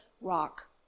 rock